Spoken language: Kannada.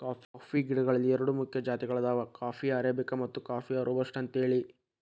ಕಾಫಿ ಗಿಡಗಳಲ್ಲಿ ಎರಡು ಮುಖ್ಯ ಜಾತಿಗಳದಾವ ಕಾಫೇಯ ಅರಾಬಿಕ ಮತ್ತು ಕಾಫೇಯ ರೋಬಸ್ಟ ಅಂತೇಳಿ